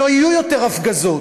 שלא יהיו יותר הפגזות,